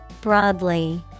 Broadly